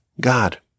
God